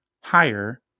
higher